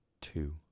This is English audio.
two